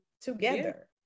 together